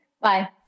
Bye